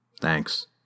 Thanks